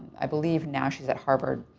i believe, now she's at harvard.